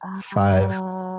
five